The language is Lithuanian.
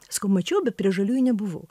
sakau mačiau bet prie žaliųjų nebuvau